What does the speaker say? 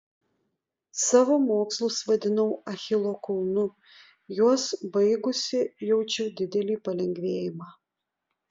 savo mokslus vadinau achilo kulnu juos baigusi jaučiu didelį palengvėjimą